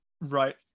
Right